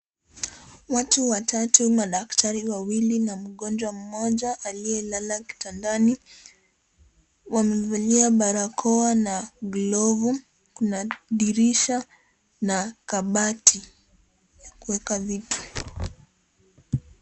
Watu watatu, madaktari wawili na mgonjwa mmoja aliyelala kitandani. Wamevalia barakoa na glovu, kuna dirisha na kabati ya kuweka vitu.